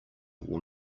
will